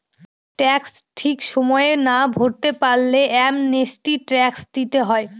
tax ঠিক সময়ে না ভরতে পারলে অ্যামনেস্টি ট্যাক্স দিতে হয়